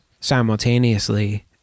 simultaneously